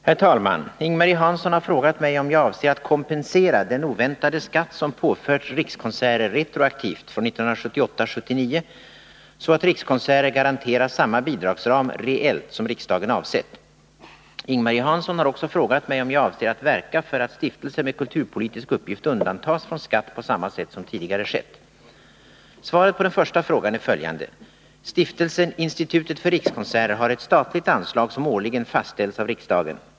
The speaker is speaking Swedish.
Herr talman! Ing-Marie Hansson har frågat mig om jag avser att kompensera den oväntade skatt som påförts Rikskonserter retroaktivt från 1978/79, så att Rikskonserter garanteras samma bidragsram reellt som riksdagen avsett. Ing-Marie Hansson har också frågat mig om jag avser att verka för att stiftelser med kulturpolitisk uppgift undantas från skatt på samma sätt som tidigare skett. Svaret på den första frågan är följande: Stiftelsen Institutet för rikskonserter har ett statligt anslag som årligen fastställs av riksdagen.